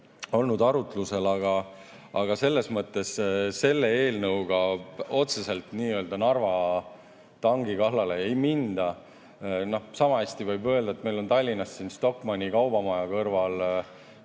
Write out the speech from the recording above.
olnud arutlusel, aga selle eelnõuga otseselt nii-öelda Narva tanki kallale ei minda. Samahästi võib öelda, et meil on Tallinnas Stockmanni kaubamaja kõrval